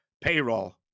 payroll